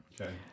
Okay